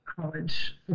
college